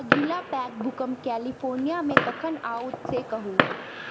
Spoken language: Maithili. अगिला पैघ भूकंप कैलिफोर्नियामे कखन आओत से कहू